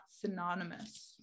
synonymous